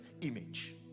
image